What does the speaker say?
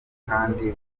kandi